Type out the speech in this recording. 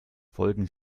folgen